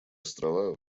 острова